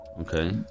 Okay